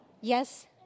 Yes